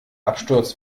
absturz